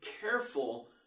careful